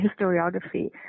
historiography